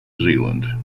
zealand